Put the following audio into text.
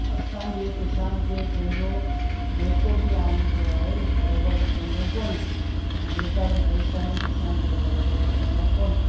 असांजे किसाननि खे पंहिंजो जेको बि आईंदो आहे हू बराबरि मिलंदो कोन्हे जेका बि भई साइन किसान खे बराबरि मिलंदा कोन आहिनि